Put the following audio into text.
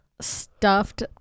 stuffed